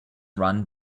run